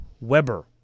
Weber